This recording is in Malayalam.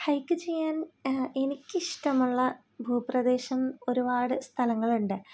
ഹൈക്ക് ചെയ്യാൻ എനിക്കിഷ്ടമുള്ള ഭൂപ്രദേശം ഒരുപാട് സ്ഥലങ്ങളുണ്ട്